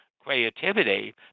creativity